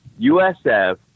USF